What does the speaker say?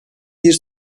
bir